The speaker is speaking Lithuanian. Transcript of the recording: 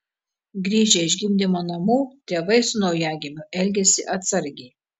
grįžę iš gimdymo namų tėvai su naujagimiu elgiasi atsargiai